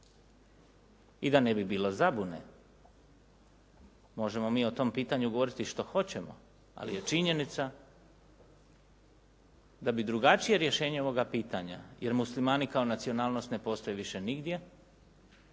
I da ne bi bilo zabune možemo mi o tom pitanju govoriti što hoćemo ali je činjenica da bi drugačije rješenje ovoga pitanja jer Muslimani kao nacionalnost ne postoje više nigdje,